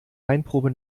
weinprobe